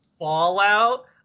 Fallout